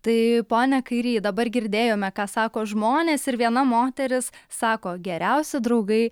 tai pone kairy dabar girdėjome ką sako žmonės ir viena moteris sako geriausi draugai